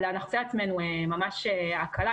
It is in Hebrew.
אבל אנחנו נעשה לעצמנו ממש הקלה,